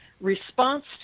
response